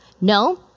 No